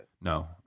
No